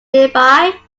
nearby